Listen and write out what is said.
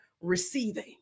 receiving